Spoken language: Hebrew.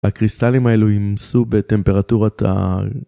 הקריסטלים האלו ימסו בטמפרטורה טל.